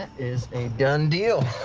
is a done deal.